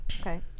Okay